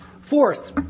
Fourth